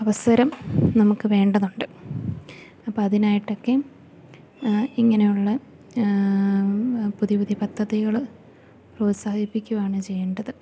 അവസരം നമുക്ക് വേണ്ടതുണ്ട് അപ്പം അതിനായിട്ടൊക്കെ ഇങ്ങനെയുള്ള പുതിയ പുതിയ പദ്ധതികള് പ്രോത്സാഹിപ്പിക്കുവാണ് ചെയ്യേണ്ടത്